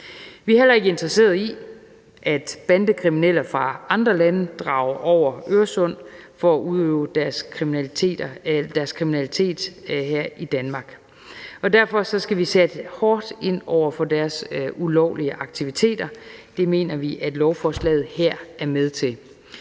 Vi er heller ikke interesseret i, at bandekriminelle fra andre lande drager over Øresund for at udøve deres kriminalitet her i Danmark. Derfor skal vi sætte hårdt ind over for deres ulovlige aktiviteter, og det mener vi at lovforslaget her er med til.